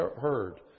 heard